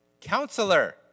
Counselor